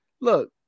Look